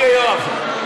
אוקיי, יואב.